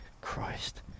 christ